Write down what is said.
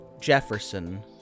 Jefferson